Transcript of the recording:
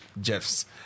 Jeff's